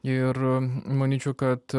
ir manyčiau kad